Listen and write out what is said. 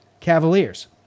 Cavaliers